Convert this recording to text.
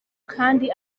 kandi